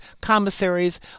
commissaries